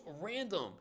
random